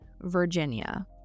Virginia